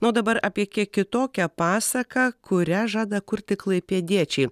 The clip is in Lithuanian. na o dabar apie kiek kitokią pasaką kurią žada kurti klaipėdiečiai